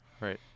right